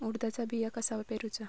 उडदाचा बिया कसा पेरूचा?